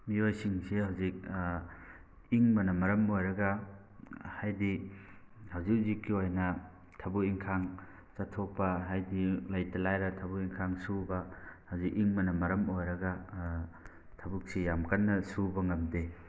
ꯃꯤꯑꯣꯏꯁꯤꯡꯁꯤ ꯍꯧꯖꯤꯛ ꯏꯪꯕꯅ ꯃꯔꯝ ꯑꯣꯏꯔꯒ ꯍꯥꯏꯗꯤ ꯍꯧꯖꯤꯛ ꯍꯧꯖꯤꯛꯀꯤ ꯑꯣꯏꯅ ꯊꯕꯛ ꯏꯪꯈꯥꯡ ꯆꯠꯊꯣꯛꯄ ꯍꯥꯏꯗꯤ ꯂꯩꯇ ꯂꯥꯏꯔ ꯊꯕꯛ ꯏꯪꯈꯥꯡ ꯁꯨꯕ ꯍꯧꯖꯤꯛ ꯏꯪꯕꯅ ꯃꯔꯝ ꯑꯣꯏꯔꯒ ꯊꯕꯛꯁꯤ ꯌꯥꯝ ꯀꯟꯅ ꯁꯨꯕ ꯉꯝꯗꯦ